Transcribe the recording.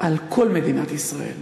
על כל מדינת ישראל